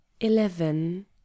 Eleven